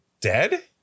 Dead